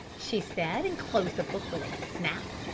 she said, and closed the book with a snap.